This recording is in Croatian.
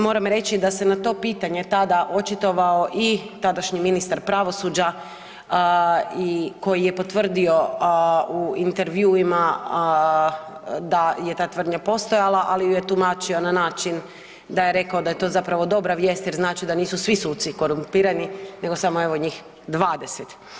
Moram reći da se na to pitanje tada očitovao i tadašnji ministar pravosuđa koji je potvrdio u intervjuima da je ta tvrdnja postojala, ali ju je tumačio na način da je rekao da je to zapravo dobra vijest jer znači da nisu svi suci korumpirani nego samo evo njih 20.